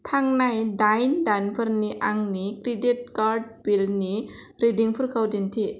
थांनाय दाइन दानफोरनि आंनि क्रेडिट कार्ड बिलनि रिदिंफोरखौ दिन्थि